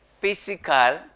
physical